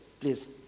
please